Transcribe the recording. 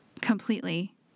completely